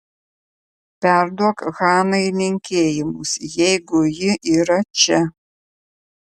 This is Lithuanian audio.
perduok hanai linkėjimus jeigu ji yra čia